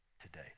today